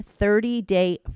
30-day